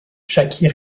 jackie